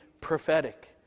prophetic